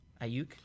Ayuk